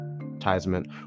advertisement